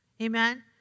Amen